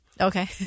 Okay